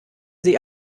sie